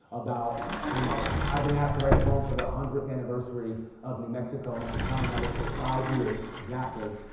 about, you know i been asked to write a poem for the one hundredth anniversary of new mexico, and at the time i lived here five years exactly,